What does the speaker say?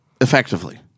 effectively